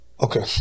Okay